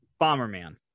Bomberman